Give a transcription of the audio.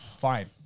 Fine